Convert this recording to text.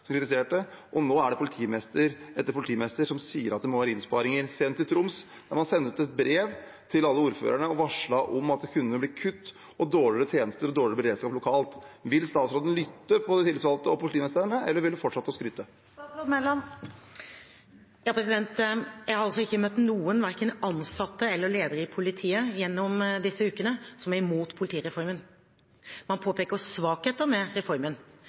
kritiserte. Og nå sier politimester etter politimester at det må bli innsparinger, senest i Troms, der man sendte ut et brev til alle ordførerne og varslet om at det kunne bli kutt og dårligere tjenester og dårligere beredskap lokalt. Vil statsråden lytte til de tillitsvalgte og politimestrene, eller vil hun fortsette å skryte? Jeg har ikke møtt noen, verken ansatte eller ledere i politiet, gjennom disse ukene som er imot politireformen. Man påpeker svakheter med reformen.